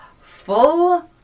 full